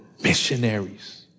missionaries